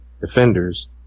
defenders